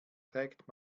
trägt